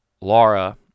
Laura